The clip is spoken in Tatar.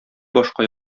башка